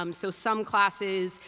um so some classes,